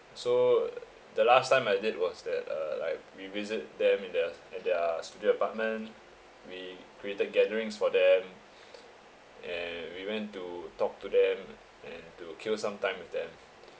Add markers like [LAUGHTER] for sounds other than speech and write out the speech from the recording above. so the last time I did was that uh like we visit them in their at their studio apartment we created gatherings for them [BREATH] and we went to talk to them and to kill some time with them